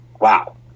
Wow